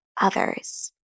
others